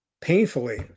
painfully